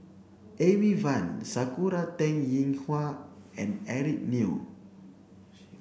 Amy Van Sakura Teng Ying Hua and Eric Neo